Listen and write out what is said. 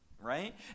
right